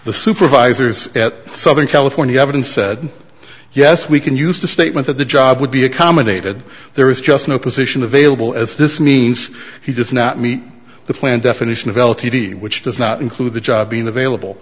the supervisors at southern california evidence said yes we can use the statement that the job would be accommodated there is just no position available as this means he does not meet the planned definition of l t d which does not include the job being available